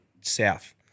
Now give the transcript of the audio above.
south